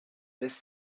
this